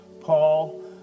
Paul